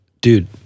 dude